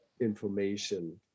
information